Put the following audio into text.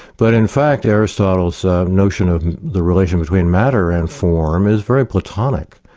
but in fact aristotle's notion of the relation between matter and form is very platonic.